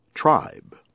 tribe